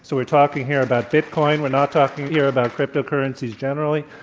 so we're talking here about bitcoin. we're not talking here about cryptocurrencies generally,